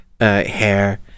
hair